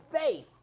faith